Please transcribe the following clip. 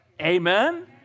Amen